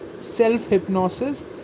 self-hypnosis